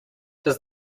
does